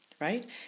Right